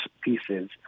pieces